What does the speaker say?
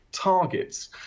targets